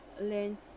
learn